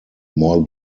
more